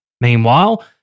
Meanwhile